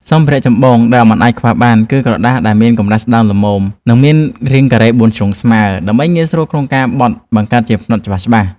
សម្ភារៈចម្បងដែលមិនអាចខ្វះបាន គឺក្រដាសដែលមានកម្រាស់ស្ដើងល្មម និងមានរាងការ៉េបួនជ្រុងស្មើ ដើម្បីងាយស្រួលក្នុងការបត់បង្កើតជាផ្នត់ច្បាស់ៗ។